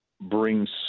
brings